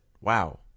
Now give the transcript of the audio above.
Wow